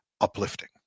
uplifting